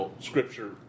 Scripture